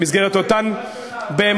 במסגרת אותן, לא,